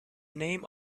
name